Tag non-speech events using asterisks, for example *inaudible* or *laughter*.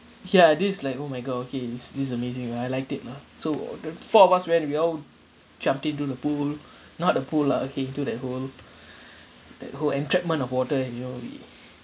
ya this like oh my god okay it's it's amazing I liked it lah so the four of us went we all jumped into the pool not the pool lah okay into that whole *breath* that whole entrapment of water and you know we *breath*